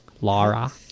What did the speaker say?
Laura